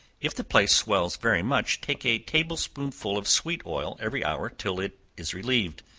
if the place swells very much, take a table-spoonful of sweet oil every hour, till it is relieved.